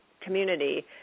community